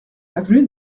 avenue